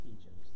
Egypt